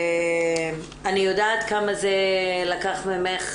אני יודעת כמה זה לקח ממך,